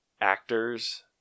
actors